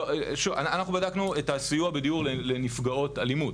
אנחנו בדקנו את הסיוע בדיור לנפגעות אלימות.